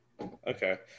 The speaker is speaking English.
Okay